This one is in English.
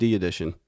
edition